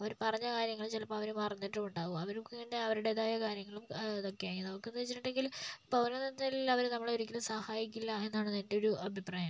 അവര് പറഞ്ഞ കാര്യങ്ങള് ചിലപ്പോൾ അവര് മറന്നിട്ടുമുണ്ടാവും അവർക്ക് പിന്നെ അവരുടേതായ കാര്യങ്ങളും ഇതൊക്കെയായി നമുക്കെന്ന് വെച്ചിട്ടുണ്ടെങ്കില് ഇപ്പോൾ അവരെന്തായാലും അവര് നമ്മളെ ഒരിക്കലും സഹായിക്കില്ല എന്നാണ് എന്റെ ഒരു അഭിപ്രായം